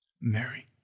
Mary